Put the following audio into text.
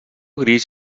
gris